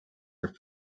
were